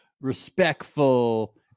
respectful